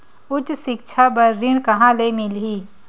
उच्च सिक्छा बर ऋण कहां ले मिलही?